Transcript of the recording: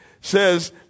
says